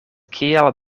kial